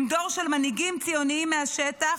הם דור של מנהיגים ציונים מהשטח,